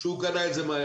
שהוא קנה את זה מהיצרן,